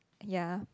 ya